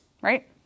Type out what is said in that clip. right